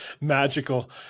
Magical